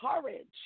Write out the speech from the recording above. courage